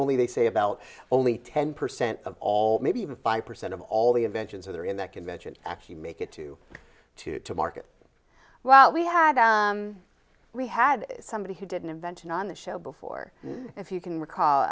only they say about only ten percent of all maybe even five percent of all the inventions are there in that convention actually make it to two to market well we had we had somebody who did an invention on the show before if you can